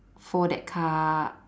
for that car